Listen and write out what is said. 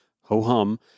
Ho-hum